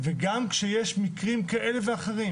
וגם כשיש מקרים כאלה ואחרים